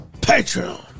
Patreon